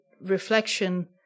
reflection